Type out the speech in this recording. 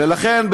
ולכן,